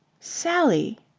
sally.